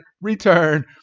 return